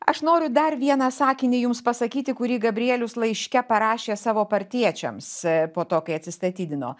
aš noriu dar vieną sakinį jums pasakyti kurį gabrielius laiške parašė savo partiečiams po to kai atsistatydino